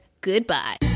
Goodbye